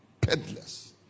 peddlers